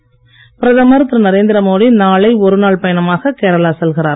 மோடி கேரளா பிரதமர் திரு நரேந்திரமோடி நாளை ஒரு நாள் பயணமாக கேரளா செல்கிறார்